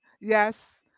yes